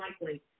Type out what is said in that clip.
Likely